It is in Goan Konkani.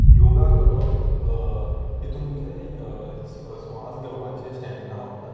योगा करप तितून तुजें स्वा स्वास घेवपाचें स्टॅमिना वाडटा